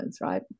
right